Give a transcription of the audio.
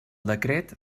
decret